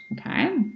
Okay